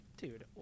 dude